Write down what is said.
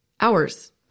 hours